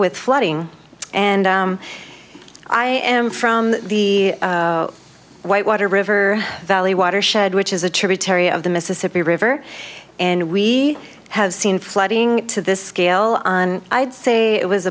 with flooding and i am from the whitewater river valley watershed which is a tributary of the mississippi river and we have seen flooding to this scale on i'd say it was